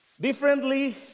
Differently